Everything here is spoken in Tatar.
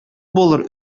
булыр